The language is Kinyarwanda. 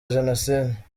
jenoside